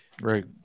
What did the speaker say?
right